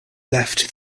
left